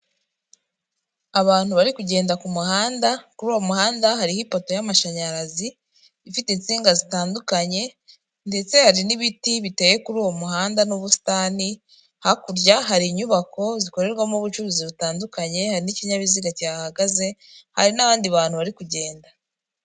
Abantu bari kugenda ku muhanda, kuri uwo muhanda hariho ipoto y'amashanyarazi ifite insinga zitandukanye ndetse hari n'ibiti biteye kuri uwo muhanda n'ubusitani. Hakurya hari inyubako zikorerwamo ubucuruzi butandukanye hari n'ikinyabiziga kihahagaze, hari n'abandi bantu bari kugenda.